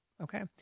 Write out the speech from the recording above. Okay